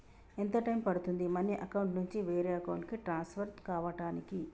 ఎంత టైం పడుతుంది money account నుంచి వేరే అకౌంట్ కి ట్రాన్స్ఫర్ కావటానికి?